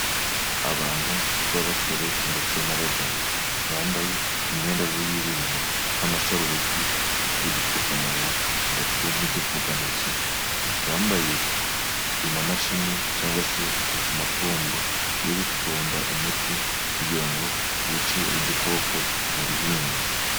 Abantu b'abasore ndetse n'abagabo bambaye imyenda y'ubwirinzi nk'amasarubeti, udupfukamunwa ndetse n'udufukantoki, bambaye amamashini cyangwa se amapombo, yo gupomba umuti kugira ngo bice udukoko mu bihingwa.